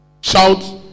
shout